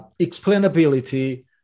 explainability